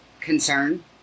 concern